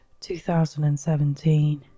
2017